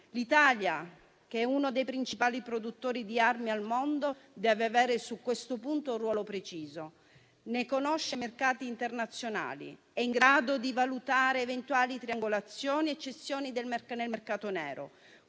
L'Italia, che è uno dei principali produttori di armi al mondo, deve avere su questo punto un ruolo preciso: ne conosce i mercati internazionali, è in grado di valutare eventuali triangolazioni e cessioni nel mercato nero;